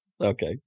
Okay